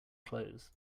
close